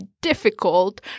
difficult